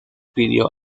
pidió